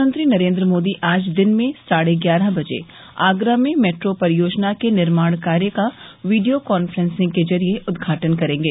प्रधानमंत्री नरेंद्र मोदी आज दिन में साढ़े ग्यारह बजे आगरा में मेट्रो परियोजना के निर्माण कार्य का वीडियो कॉन्फ्रेंसिंग के जरिए उद्घाटन करेंगे